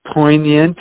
poignant